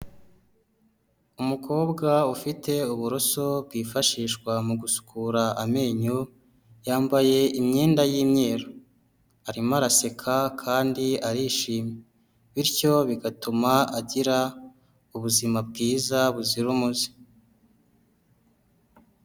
Umukobwa ufite uburoso bwifashishwa mu gusukura amenyo, yambaye imyenda y'umweru, arimo araseka kandi arishima bityo bigatuma agira ubuzima bwiza buzira umuze.